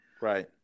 Right